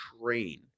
train